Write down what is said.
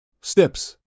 Steps